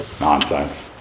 nonsense